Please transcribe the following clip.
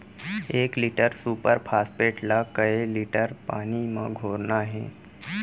एक litre super phosphate ला कए लीटर पानी मा घोरना हे?